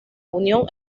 unión